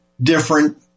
different